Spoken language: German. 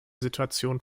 situation